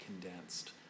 condensed